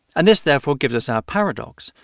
and this, therefore, gives us our paradox.